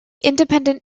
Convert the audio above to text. independent